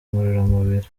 ngororamubiri